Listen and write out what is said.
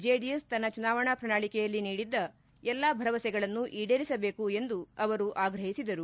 JDS ತನ್ನ ಚುನಾವಣಾ ಪ್ರಣಾಳಕೆಯಲ್ಲಿ ನೀಡಿದ್ದ ಎಲ್ಲಾ ಭರವಸೆಗಳನ್ನು ಈಡೇರಿಸಬೇಕು ಎಂದು ಅವರು ಆಗ್ರಹಿಸಿದರು